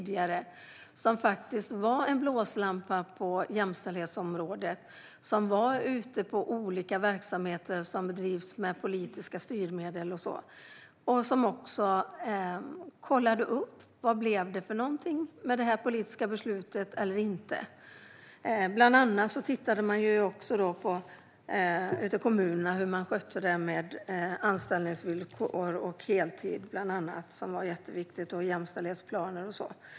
Den myndigheten var en blåslampa på jämställdhetsområdet i olika verksamheter som drivs med politiska styrmedel. Myndigheten kontrollerade hur det blev med politiska beslut - eller inte. Bland annat tittade man på hur kommunerna skötte anställningsvillkor, heltider och jämställdhetsplaner.